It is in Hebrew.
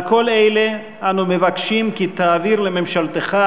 על כל אלה אנו מבקשים כי תעביר לממשלתך